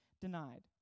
denied